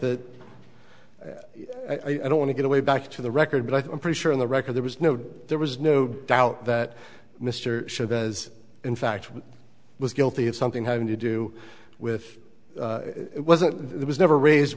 that i don't want to get away back to the record but i'm pretty sure on the record there was no there was no doubt that mr chavez in fact was guilty of something having to do with it wasn't there was never raised